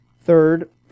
Third